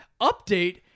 Update